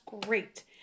great